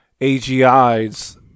AGIs